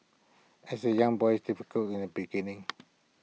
as A young boy's difficult in A beginning